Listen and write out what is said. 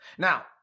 Now